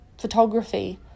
photography